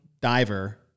diver